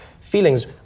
feelings